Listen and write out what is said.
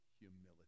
humility